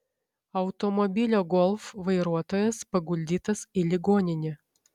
automobilio golf vairuotojas paguldytas į ligoninę